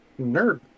Nerd